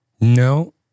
No